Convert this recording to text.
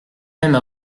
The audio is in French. même